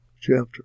chapter